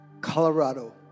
Colorado